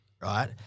Right